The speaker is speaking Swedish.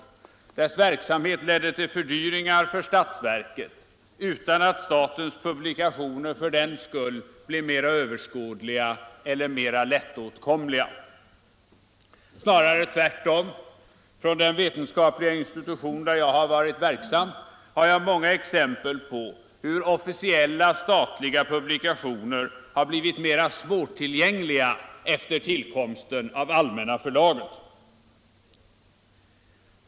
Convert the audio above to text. Dess verksamhet ledde till fördyringar för statsverket utan att statens publikationer för den skull blev mera överskådliga eller lättillgängliga — snarare tvärtom. Från den vetenskapliga institution där jag varit verksam har jag många exempel på hur officiella statliga publikationer blivit mera svårtillgängliga efter tillkomsten av Allmänna Förlaget.